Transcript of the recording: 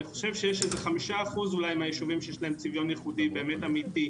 חושב שיש אולי 5% של ישובים שיש להם צביון ייחודי אמיתי,